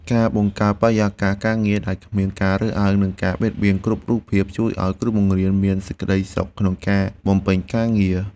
ការបង្កើតបរិយាកាសការងារដែលគ្មានការរើសអើងនិងការបៀតបៀនគ្រប់រូបភាពជួយឱ្យគ្រូបង្រៀនមានសេចក្តីសុខក្នុងការ បំពេញការងារ។